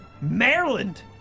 Maryland